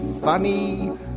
funny